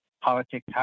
politics